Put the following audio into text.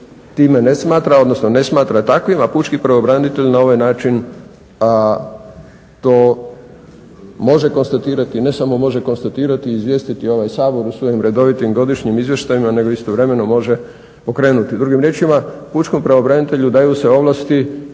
time ne smatra, odnosno ne smatra takvim, a pučki pravobranitelj na ovaj način to može konstatirati. Ne samo može konstatirati, i izvijestiti ovaj Sabor u svojim redovitim godišnjim izvještajima nego istovremeno može okrenuti. Drugim riječima pučkom pravobranitelju daju se ovlasti